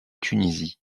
tunisie